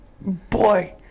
boy